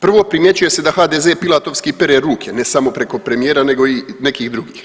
Prvo primjećuje se da HDZ pilatovski pere ruke ne samo preko premijera nego i nekih drugih.